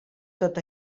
tot